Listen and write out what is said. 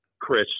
Chris